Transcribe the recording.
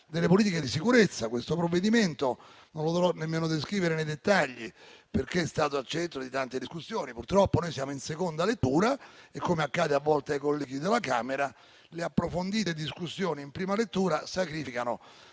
delle politiche di sicurezza. Questo provvedimento non dovrò nemmeno descriverlo nei dettagli, perché è stato al centro di tante discussioni. Purtroppo noi siamo in seconda lettura e - come accade a volte ai colleghi della Camera - le approfondite discussioni in prima lettura sacrificano